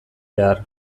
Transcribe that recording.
behar